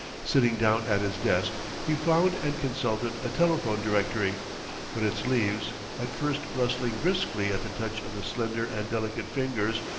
sitting down at his desk, he found and consulted a telephone directory but its leaves, at first rustling briskly at the touch of the slender and delicate fingers,